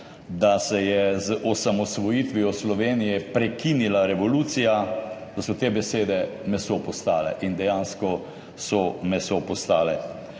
da se je z osamosvojitvijo Slovenije prekinila revolucija, meso postale, in dejansko so meso postale.